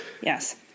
Yes